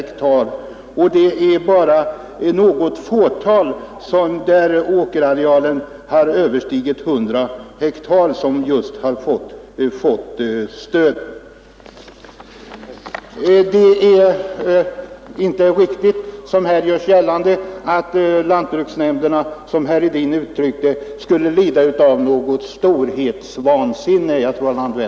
Det är bara ett fåtal brukningsenheter med åkerarealer överstigande 100 ha som har fått stöd. Det är inte riktigt att lantbruksnämnderna, som jag tror herr Hedin uttryckte det, skulle lida av storhetsvansinne.